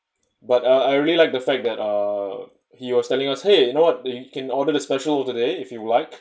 but uh I really like the fact that uh he was telling us !hey! you know what you can order the special today if you like